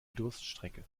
durststrecke